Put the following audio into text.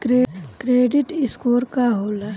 Credit score का होला?